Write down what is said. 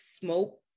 smoke